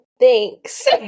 thanks